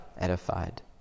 edified